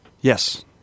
Yes